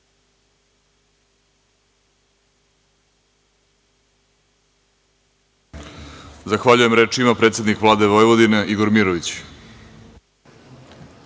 Zahvaljujem. Reč ima predsednik Vlade Vojvodine, Igor Mirović.